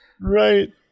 Right